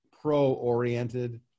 pro-oriented